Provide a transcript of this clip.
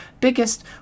biggest